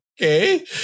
Okay